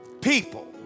people